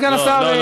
סגן השר,